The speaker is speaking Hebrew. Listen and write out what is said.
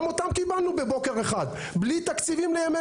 גם אותם קיבלנו בבוקר אחד בלי תקציבים לימי